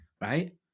right